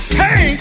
hey